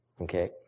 okay